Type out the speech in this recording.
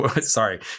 Sorry